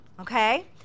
okay